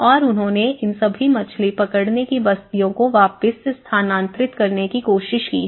और उन्होंने इन सभी मछली पकड़ने की बस्तियों को वापस स्थानांतरित करने की कोशिश की है